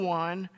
one